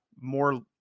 more